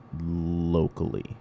locally